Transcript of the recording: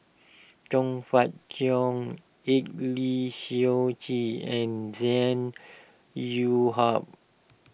Chong Fah Cheong Eng Lee Seok Chee and Zhang You ha